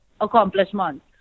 accomplishment